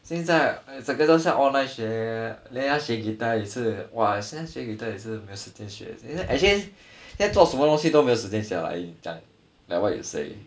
现在只可以从 online 学 leh then 要学 guitar 也是 !wah! 现在学 guitar 也是没有时间学 actually 现在做什么东西也没有时间像你 like what you say